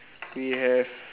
we have